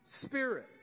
Spirit